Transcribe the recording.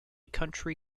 country